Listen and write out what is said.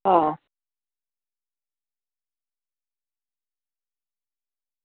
હા